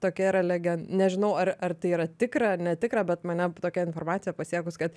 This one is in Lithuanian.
tokia yra legen nežinau ar ar tai yra tikra ar netikra bet mane tokia informacija pasiekus kad